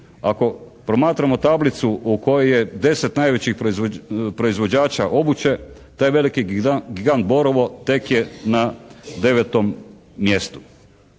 Ako promatramo tablicu u kojoj je 10 najvećih proizvođača obuće taj veliki gigant "Borovo" tek je na 9 mjestu.